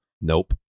Nope